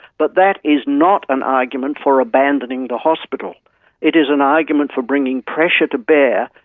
but that is not an argument for abandoning the hospital it is an argument for bringing pressure to bear,